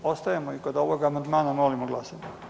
Ostajemo i kod ovog amandmana, molimo glasajmo.